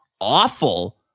awful